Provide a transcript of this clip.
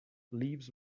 leaves